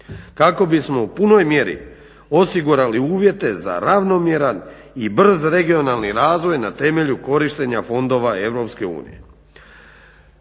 kako bismo u punoj mjeri osigurali uvjete za ravnomjeran i brz regionalni razvoj na temelju korištenja fondova EU."